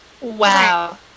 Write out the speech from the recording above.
Wow